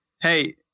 hey